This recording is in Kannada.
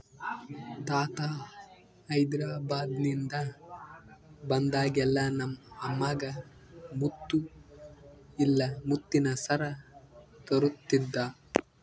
ತಾತ ಹೈದೆರಾಬಾದ್ನಿಂದ ಬಂದಾಗೆಲ್ಲ ನಮ್ಮ ಅಮ್ಮಗ ಮುತ್ತು ಇಲ್ಲ ಮುತ್ತಿನ ಸರ ತರುತ್ತಿದ್ದ